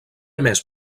més